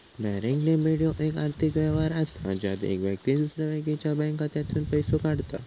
direct debit ह्यो येक आर्थिक व्यवहार असा ज्यात येक व्यक्ती दुसऱ्या व्यक्तीच्या बँक खात्यातसूनन पैसो काढता